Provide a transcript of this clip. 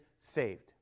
saved